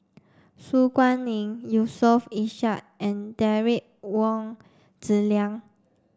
Su Guaning Yusof Ishak and Derek Wong Zi Liang